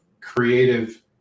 creative